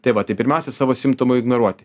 tai va taip pirmiausia savo simptomų ignoruoti